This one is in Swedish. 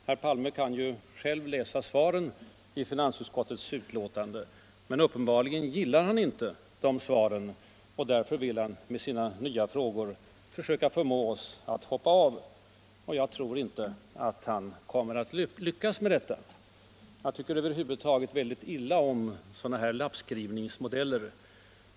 Herr Palme kan själv läsa svaren i betänkandet, men uppenbarligen gillar han inte de svaren och därför vill han med sina nya frågor försöka förmå oss att hoppa av. Jag tror inte att han kommer att lyckas med detta. Jag tycker över huvud taget väldigt illa om sådana här lappskrivningsmodeller.